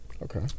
Okay